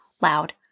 loud